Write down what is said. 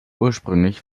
ursprünglich